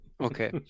Okay